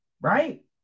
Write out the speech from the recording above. Right